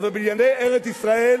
אבל בענייני ארץ-ישראל,